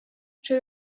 czy